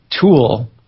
tool